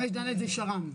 5(ד) זה שר"מ?